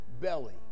belly